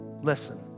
Listen